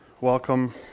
welcome